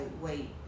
wait